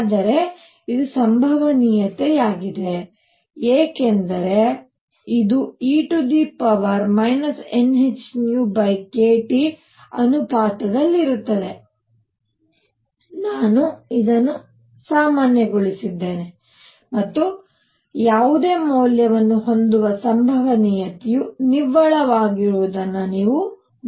ಆದ್ದರಿಂದ ಇದು ಸಂಭವನೀಯತೆಯಾಗಿದೆ ಏಕೆಂದರೆ ಇದು e nhνkT ಅನುಪಾತದಲ್ಲಿರುತ್ತದೆ ನಾನು ಇದನ್ನು ಸಾಮಾನ್ಯಗೊಳಿಸಿದ್ದೇನೆ ಮತ್ತು ಯಾವುದೇ ಮೌಲ್ಯವನ್ನು ಹೊಂದುವ ಸಂಭವನೀಯತೆಯು ನಿವ್ವಳವಾಗಿರುವುದನ್ನು ನೀವು ನೋಡಬಹುದು